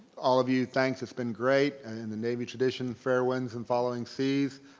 all of you, thanks, it's been great. in the navy tradition, fair winds and following seas.